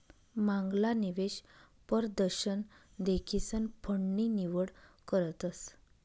मांगला निवेश परदशन देखीसन फंड नी निवड करतस